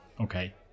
Okay